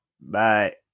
Bye